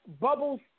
Bubbles